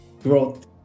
growth